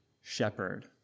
shepherd